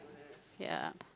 yeah